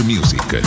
Music